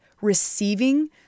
receiving